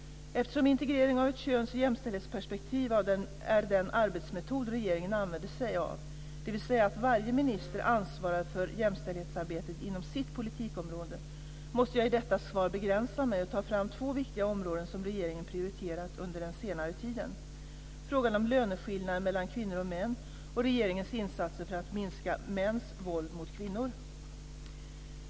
Eftersom integrering av ett köns och jämställdhetsperspektiv är den arbetsmetod som regeringen använder sig av, dvs. att varje minister ansvarar för jämställdhetsarbetet inom sitt politikområde, måste jag i detta svar begränsa mig och ta fram två viktiga områden som regeringen prioriterat under senare tid: frågan om löneskillnader mellan kvinnor och män och regeringens insatser för att minska mäns våld mot kvinnor.